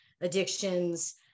addictions